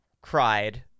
cried